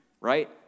right